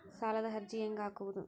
ಸಾಲದ ಅರ್ಜಿ ಹೆಂಗ್ ಹಾಕುವುದು?